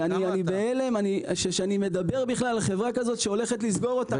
אני בהלם שאני מדבר על חברה כזאת שהולכת לסגור אותנו.